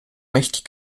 mächtig